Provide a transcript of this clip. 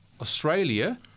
Australia